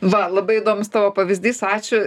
va labai įdomus tavo pavyzdys ačiū